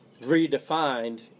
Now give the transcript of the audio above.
Redefined